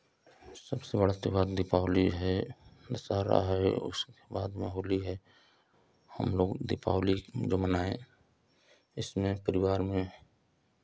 सबसे बड़ा त्योहार दीपावली है दशहारा है उसके बाद में होली है हमलोग दीपावली जो मनाएं इसमें परिवार में